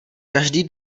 každý